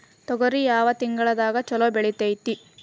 ತೊಗರಿ ಯಾವ ತಿಂಗಳದಾಗ ಛಲೋ ಬೆಳಿತೈತಿ?